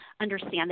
understand